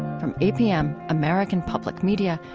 from apm, american public media,